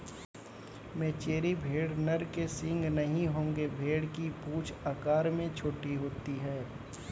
मेचेरी भेड़ नर के सींग नहीं होंगे भेड़ की पूंछ आकार में छोटी होती है